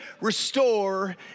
restore